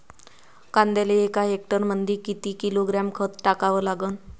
कांद्याले एका हेक्टरमंदी किती किलोग्रॅम खत टाकावं लागन?